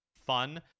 fun